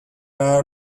are